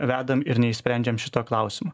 vedam ir neišsprendžiam šito klausimo